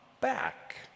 back